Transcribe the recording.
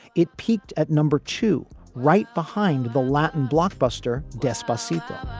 it peaked at number two right behind the latin blockbuster despacito